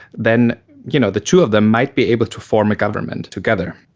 then you know the two of them might be able to form a government together,